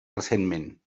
recentment